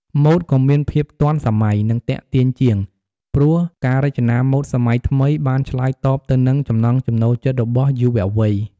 ម៉ូដក៏មានភាពទាន់សម័យ និងទាក់ទាញជាង ព្រោះការរចនាម៉ូដសម័យថ្មីបានឆ្លើយតបទៅនឹងចំណង់ចំណូលចិត្តរបស់យុវវ័យ។